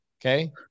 Okay